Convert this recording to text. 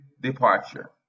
departure